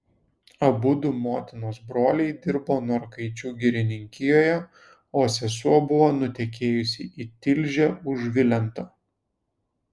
abudu motinos broliai dirbo norkaičių girininkijoje o sesuo buvo nutekėjusi į tilžę už vilento